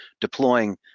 deploying